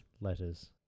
letters